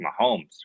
Mahomes